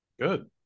Good